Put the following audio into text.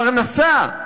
פרנסה,